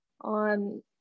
on